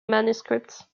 manuscripts